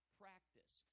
practice